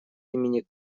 имени